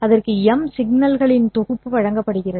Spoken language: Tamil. அதற்கு எம் சிக்னல்களின் தொகுப்பு வழங்கப்படுகிறது